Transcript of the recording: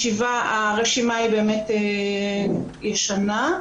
הרשימה היא באמת ישנה,